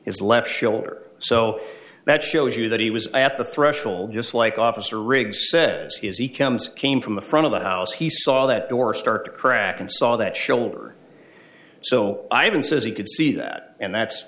his left shoulder so that shows you that he was at the threshold just like officer riggs says he is he comes came from the front of the house he saw that door start to crack and saw that shoulder so i don't see as he could see that and that's